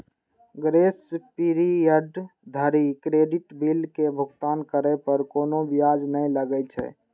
grace period धरि credit bill के भुगतान करै पर कोनो ब्याज नै लागै छै